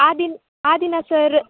ಆ ದಿನ ಆ ದಿನ ಸರ್